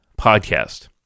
podcast